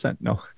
No